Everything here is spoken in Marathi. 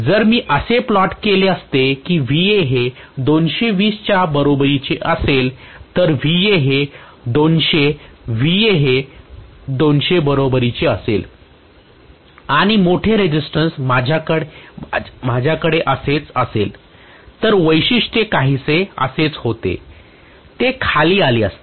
जर मी असे प्लॉट केले असते की हे 220 च्या बरोबरीचे असेल तर हे 200 हे बरोबर 200 च्या बरोबरीचे असेल आणि मोठे रेसिस्टन्स माझ्याकडे असेच असेल तर वैशिट्ये काहीसे असेच होते ते खाली आले असते